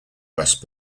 west